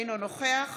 אינו נוכח